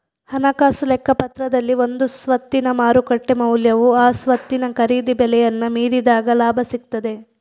ಹಣಕಾಸು ಲೆಕ್ಕಪತ್ರದಲ್ಲಿ ಒಂದು ಸ್ವತ್ತಿನ ಮಾರುಕಟ್ಟೆ ಮೌಲ್ಯವು ಆ ಸ್ವತ್ತಿನ ಖರೀದಿ ಬೆಲೆಯನ್ನ ಮೀರಿದಾಗ ಲಾಭ ಸಿಗ್ತದೆ